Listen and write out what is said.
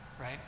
right